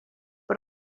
but